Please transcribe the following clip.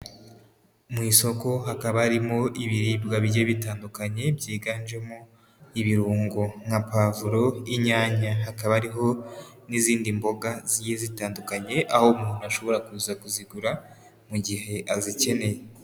Mu isoko hakaba harimo ibiribwa bigiye bitandukanye byiganjemo ibirungo nka pavuro, inyanya hakaba hariho n'izindi mboga zigiye zitandukanye aho umuntu ashobora kuza kuzigura mu gihe azikeneye.